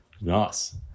Nice